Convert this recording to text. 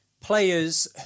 players